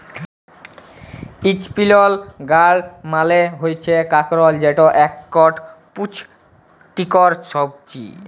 ইসপিলই গাড় মালে হচ্যে কাঁকরোল যেট একট পুচটিকর ছবজি